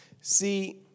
See